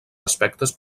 aspectes